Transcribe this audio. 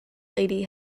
lady